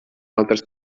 altres